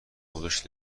خودش